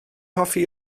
hoffi